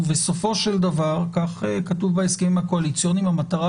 ובסופו של דבר כך כתוב בהסכמים הקואליציוניים המטרה